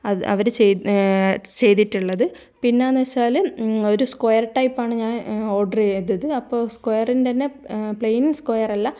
അത് അവർ ചെയ് ചെയ്തിട്ടുള്ളത് പിന്നെയെന്നുവെച്ചാൽ ഒരു സ്ക്വയർ ടൈപ്പാണ് ഞാൻ ഓഡർ ചെയ്തത് അപ്പോൾ സ്ക്വയറിൻ്റെ തന്നെ പ്ലെയിൻ സ്ക്വയർ അല്ല